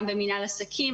גם במינהל עסקים,